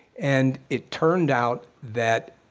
and it turned out that